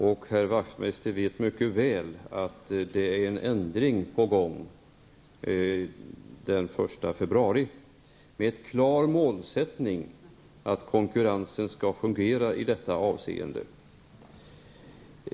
Herr Wachtmeister vet mycket väl att ändringarna i planoch bygglagen kommer att träda i kraft den 1 februari 1992. Målsättningen är att konkurrensen skall fungera på ett bra sätt.